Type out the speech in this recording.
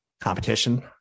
Competition